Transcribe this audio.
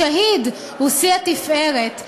השהיד הוא שיא התפארת.